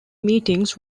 meetings